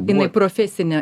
jinai profesinė